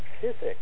physics